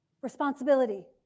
Responsibility